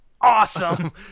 Awesome